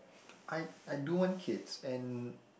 I I do want kids and